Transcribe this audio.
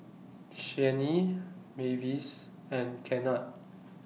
Shani Mavis and Kennard